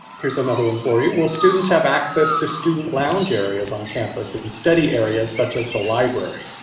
here's another one for you will students have access to student lounge areas on campus and study areas, such as the library?